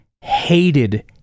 hated